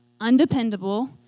undependable